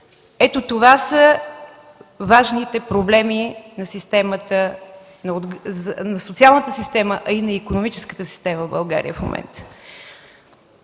Ето, това са важните проблеми на социалната и икономическата система в България в момента.